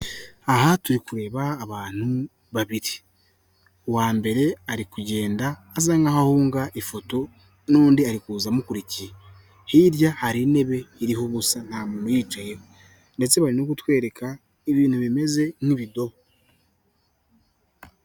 Aha turi kureba abantu babiri. Uwa mbere ari kugenda asa nk'aho ahunga ifoto n'undi ari kuza amukurikiye, hirya hari intebe iriho ubusa nta muntu uyicayeho ndetse barimo kutwereka ibintu bimeze nk'ibidobo